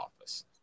office